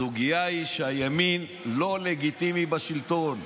הסוגיה היא שהימין לא לגיטימי בשלטון.